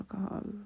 alcohol